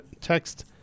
text